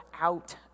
out